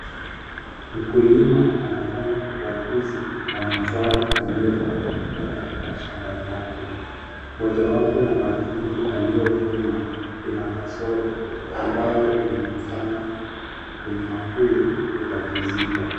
Mkulima anafanya ukaguzi wa mazao aliopata kutoka katika shamba lake. Mojawapo ya mahindi aliyovuna ina kasoro, ambayo inamfanya mkulima huyu kutatizika.